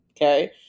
okay